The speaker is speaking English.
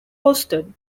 hosted